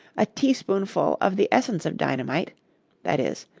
a teaspoonful of the essence of dynamite that is,